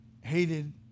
hated